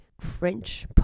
French